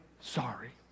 sorry